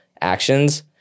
actions